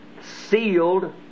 sealed